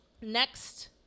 next